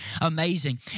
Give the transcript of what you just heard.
amazing